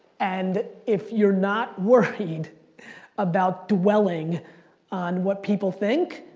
and if you're not worried about dwelling on what people think,